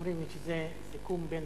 אומרים לי שזה סיכום בין